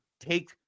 take